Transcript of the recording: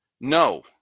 no